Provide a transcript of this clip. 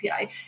API